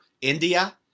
India